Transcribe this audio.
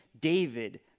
David